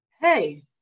hey